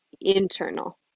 internal